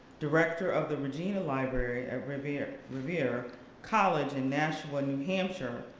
director of the regina library at rivier rivier college in nashua, new hampshire,